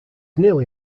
nearly